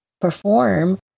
perform